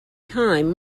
time